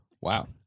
wow